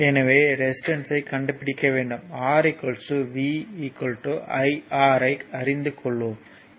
எனவே ரெசிஸ்டன்ஸ்யைக் கண்டுபிடிக்க வேண்டும் R V IR ஐ அறிந்து கொள்ளுவோம்